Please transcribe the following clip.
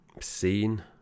scene